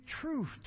truth